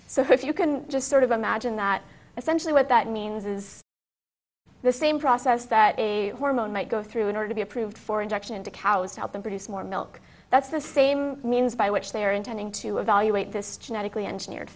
so if you can just sort of imagine that essentially what that means is the same process that a hormone might go through in order to be approved for injection into cows to help them produce more milk that's the same means by which they are intending to evaluate this genetically engineered